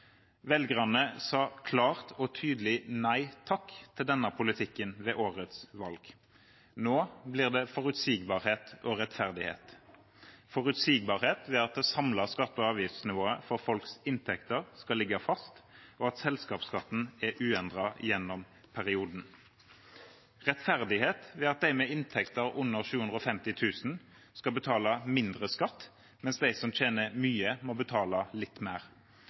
Velgerne sa klart og tydelig nei takk til denne politikken ved årets valg. Nå blir det forutsigbarhet og rettferdighet: forutsigbarhet ved at det samlede skatte- og avgiftsnivået for folks inntekter skal ligge fast, og at selskapsskatten er uendret gjennom perioden; rettferdighet ved at de med inntekter under 750 000 kr skal betale mindre skatt, mens de som tjener mye, må betale litt mer.